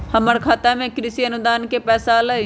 हमर खाता में कृषि अनुदान के पैसा अलई?